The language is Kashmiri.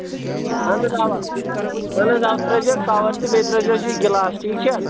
اَہن حظ اَوا اَہن حظ اَکھ ترٛٲوۍزیو کَوَر تہِ بیٚیہِ ترٛٲوۍزِہوٚس یہِ گِلاس ٹھیٖک چھا